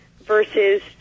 versus